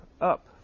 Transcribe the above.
up